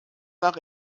nach